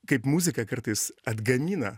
kaip muzika kartais atganina